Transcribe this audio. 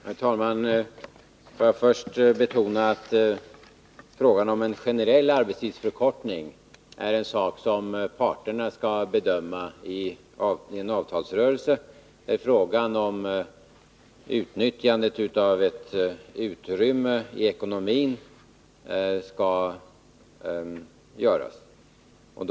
Herr talman! Får jag först betona att frågan om en generell arbetstidsförkortning är en fråga som parterna skall bedöma i en avtalsrörelse, där det skall avgöras hur ett visst utrymme i ekonomin skall utnyttjas.